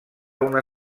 una